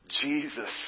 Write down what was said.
Jesus